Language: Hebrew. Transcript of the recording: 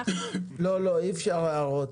לא, אי אפשר הערות.